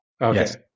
Yes